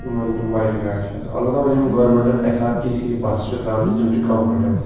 یِمَن تِم بَجہِ گاڑِ چھِ آسان اَلبَتہ وۄنۍ یِم گورمنٹَن ایس آر ٹی سی بَسہٕ چھِ ترٛامژٕ تِم چھِ کَمفٲٹیبٕل